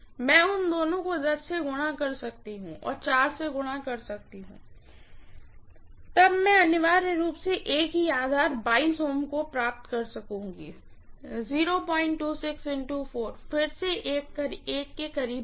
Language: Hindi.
मैं उन दोनों को से गुणा कर सकती हूँ और 4 से गुणा कर सकती हूँ तब मैं अनिवार्य रूप से एक ही आधार Ω प्राप्त कर सकुंगी फिर से के करीब होगा